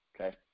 Okay